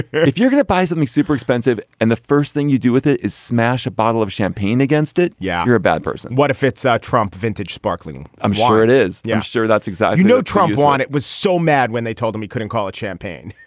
if you're going to buy something super expensive and the first thing you do with it is smash a bottle of champagne against it. yeah you're a bad person what if it's our trump vintage sparkling i'm sure it is. yeah sure that's right. you know trump won it was so mad when they told him he couldn't call it champagne.